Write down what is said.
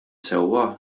sewwa